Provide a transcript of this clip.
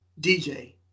dj